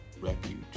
Refuge